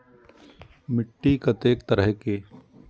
मिट्टी कतेक तरह के?